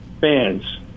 fans